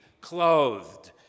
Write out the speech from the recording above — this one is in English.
clothed